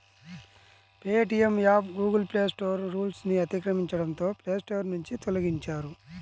Paytm app Google Play Store రూల్స్ను అతిక్రమించడంతో Play Store నుంచి తొలగించారు